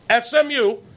SMU